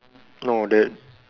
no that